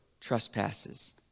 trespasses